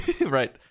right